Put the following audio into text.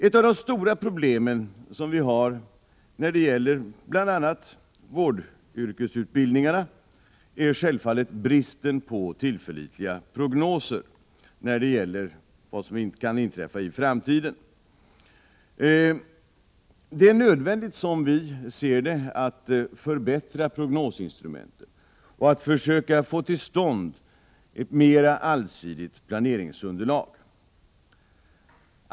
Ett av de stora problemen när det gäller bl.a. vårdyrkesutbildningarna är självfallet bristen på tillförlitliga prognoser om vad som kan inträffa i framtiden. Det är nödvändigt, som vi ser det, att förbättra prognosinstrumenten för att få till stånd ett mera allsidigt planeringsunderlag.